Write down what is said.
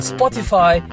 Spotify